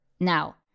Now